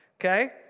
okay